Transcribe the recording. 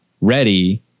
ready